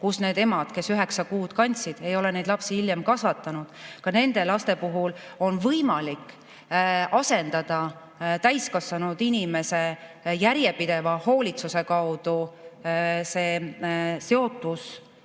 kus need emad, kes üheksa kuud last kandsid, ei ole neid lapsi hiljem kasvatanud. Ka nende laste puhul on võimalik täiskasvanud inimese järjepideva hoolitsuse abil see seotus